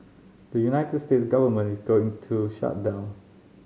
the United States government is going into shutdown